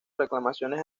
reclamaciones